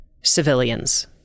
civilians